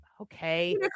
okay